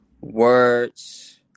words